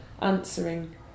answering